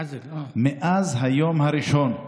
מאז היום הראשון,